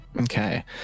okay